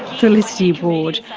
felicity ward,